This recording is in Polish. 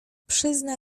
przyzna